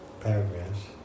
Paragraphs